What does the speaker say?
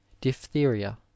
Diphtheria